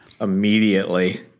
Immediately